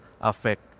affect